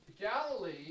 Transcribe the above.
Galilee